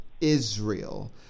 Israel